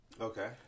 Okay